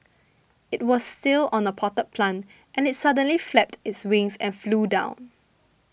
it was still on a potted plant and suddenly it flapped its wings and flew down